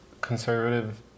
conservative